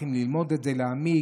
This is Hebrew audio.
צריכים ללמוד את זה, להעמיק.